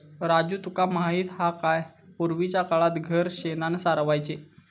राजू तुका माहित हा काय, पूर्वीच्या काळात घर शेणानं सारवायचे